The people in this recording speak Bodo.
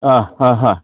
अ हा हा